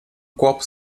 copo